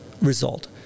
result